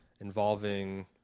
involving